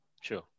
Sure